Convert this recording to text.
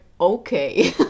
okay